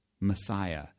Messiah